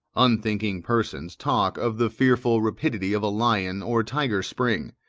unthinking persons talk of the fearful rapidity of a lion or tiger's spring.